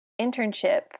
internship